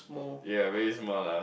ya very small lah